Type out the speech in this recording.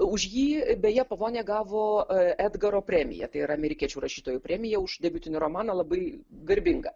už jį beje pavonė edgaro premiją tai yra amerikiečių rašytojų premija už debiutinį romaną labai garbinga